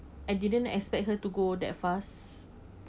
I didn't expect her to go that fast